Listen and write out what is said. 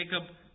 Jacob